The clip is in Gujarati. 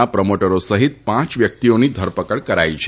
ના પ્રમોટરો સહિત પાંચ વ્યક્તિઓની ધરપકડ કરવામાં આવી છે